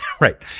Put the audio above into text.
right